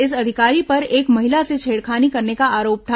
इस अधिकारी पर एक महिला से छेड़खानी करने का आरोप था